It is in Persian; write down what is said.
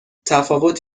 تفاوت